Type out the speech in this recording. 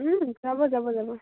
যাব যাব যাব